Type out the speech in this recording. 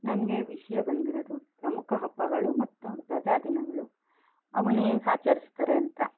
ನನಗೆ ವಿಷಯ ಬಂದಿರೋದು ಪ್ರಮುಖ ಹಬ್ಬಗಳು ಮತ್ತು ರಜಾ ದಿನಗಳು ಅವನ್ನು ಹೇಗೆ ಆಚರಿಸ್ತಾರೆ ಅಂತ